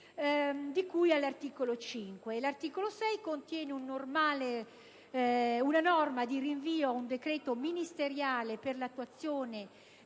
di cui all'articolo 5. L'articolo 6 contiene una norma di rinvio ad un decreto ministeriale per l'attuazione